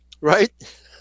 right